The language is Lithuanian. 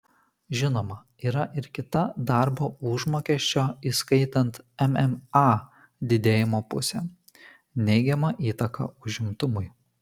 žinoma yra ir kita darbo užmokesčio įskaitant mma didėjimo pusė neigiama įtaka užimtumui